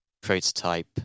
prototype